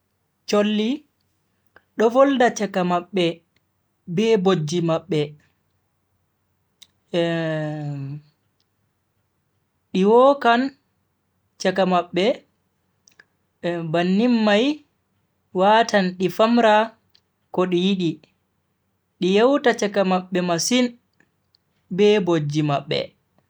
Cholli do volda chaka mabbe be bojji mabbe. di wokan chaka mabbe bannin mai watan di famra ko di yidi. di yewta chaka mabbe masin be bojji mabbe.